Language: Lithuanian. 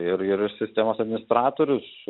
ir ir sistemos administratorius